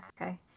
okay